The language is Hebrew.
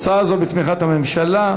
הצעת חוק זו היא בתמיכת הממשלה.